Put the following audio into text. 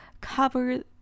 cover